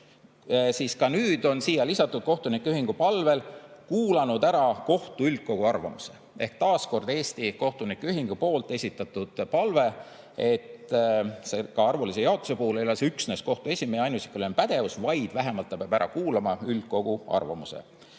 siis on ka siia lisatud kohtunike ühingu palvel: "kuulanud ära kohtu üldkogu arvamuse". Ehk taas kord Eesti Kohtunike Ühingu esitatud palve, et ka arvulise jaotuse puhul ei ole see üksnes kohtu esimehe ainuisikuline pädevus, vaid vähemalt ta peab ära kuulama üldkogu arvamuse.